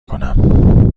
کنم